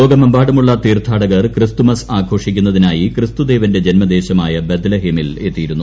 ലോകമെമ്പാടുമുള്ള തീർത്ഥാടകർ ക്രിസ്തുമസ് ആഘോഷിക്കുന്നതിനായി ക്രിസ്തുദേവന്റെ ജന്മദേശമായ ബത്ലഹേമിൽ എത്തിയിരുന്നു